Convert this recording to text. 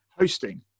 Hosting